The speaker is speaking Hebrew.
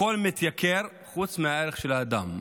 הכול מתייקר חוץ מהערך של האדם.